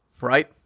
right